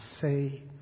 say